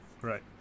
Right